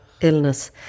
illness